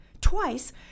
Twice